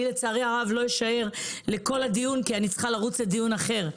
לצערי הרב אני לא אשאר בכל הדיון כי אני צריכה לרוץ לדיון אחר,